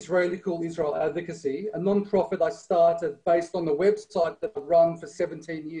שאנטישמי יבין שהוא טועה והוא ממש משתנה.